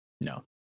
no